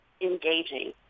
engaging